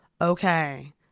okay